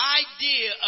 idea